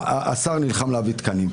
השר נלחם להביא תקנים.